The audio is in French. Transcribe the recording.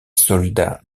soldat